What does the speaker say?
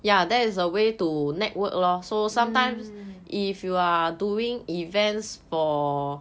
mm